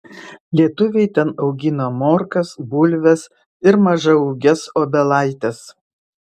lietuviai ten augino morkas bulves ir mažaūges obelaites